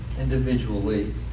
individually